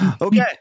okay